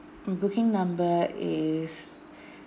um booking number is